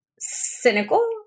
cynical